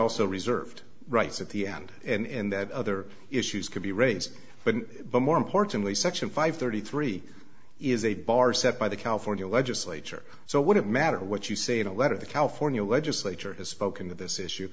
also reserved rights at the end in that other issues could be raised but but more importantly section five thirty three is a bar set by the california legislature so would it matter what you say in a letter the california legislature has spoken to this issue